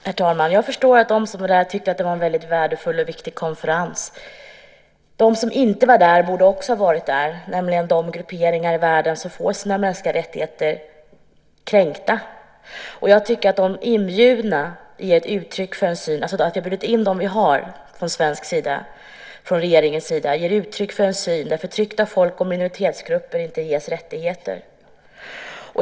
Herr talman! Jag förstår att de som var där tyckte att det var en värdefull och viktig konferens. De som inte var där borde också ha varit där, nämligen de grupperingar i världen som får sina mänskliga rättigheter kränkta. Att regeringen bjöd in de som var inbjudna ger uttryck för en syn där förtryckta folk och minoritetsgrupper inte ges rättigheter.